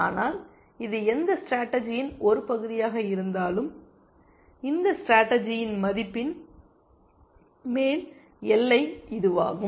ஆனால் இது எந்த ஸ்டேடர்ஜியின் ஒரு பகுதியாக இருந்தாலும் இந்த ஸ்டேடர்ஜியின் மதிப்பின் மேல் எல்லை இதுவாகும்